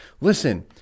Listen